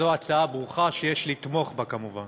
זו הצעה ברוכה שיש לתמוך בה, כמובן.